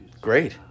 Great